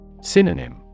Synonym